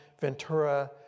Ventura